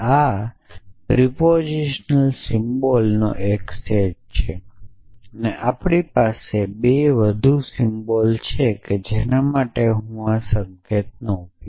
આ પ્રસ્તાવનાત્મક સિમ્બલ્સનો એક સેટ છે અહીં આપણી પાસે 2 વધુ સિમ્બલ્સ છે જેના માટે હું આ સંકેતનો ઉપયોગ કરીશ